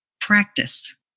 practice